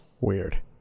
Weird